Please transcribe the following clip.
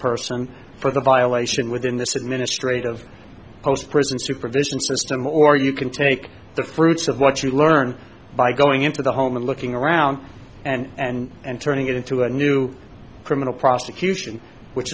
person for the violation within this administrative post prison supervision system or you can take the fruits of what you learned by going into the home and looking around and and turning it into a new criminal prosecution which